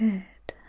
Good